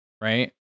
right